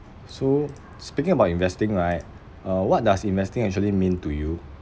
mm ya I agree so speaking about investing right uh what does investing actually mean to you